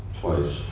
twice